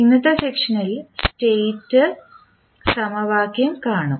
ഇന്നത്തെ സെക്ഷനിൽ സ്റ്റേറ്റ് സമവാക്യവും കാണും